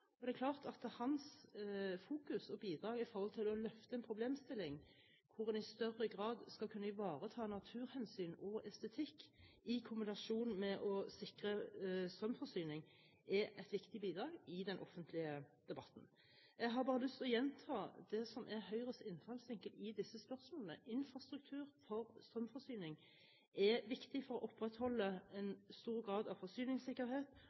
valgkampen. Det er klart at hans fokus og bidrag i forhold til å løfte en problemstilling hvor en i større grad skal kunne ivareta naturhensyn og estetikk i kombinasjon med å sikre strømforsyning, er et viktig bidrag i den offentlige debatten. Jeg har bare lyst til å gjenta det som er Høyres innfallsvinkel i disse spørsmålene. Infrastruktur for strømforsyning er viktig for å opprettholde en stor grad av forsyningssikkerhet